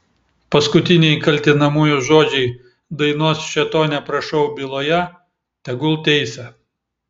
paskutiniai kaltinamųjų žodžiai dainos šėtone prašau byloje tegul teisia